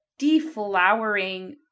Deflowering